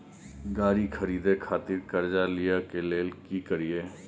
गाड़ी खरीदे खातिर कर्जा लिए के लेल की करिए?